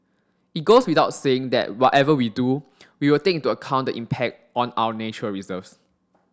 it goes without saying that whatever we do we will take into account the impact on our nature reserves